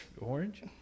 orange